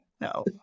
no